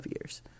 years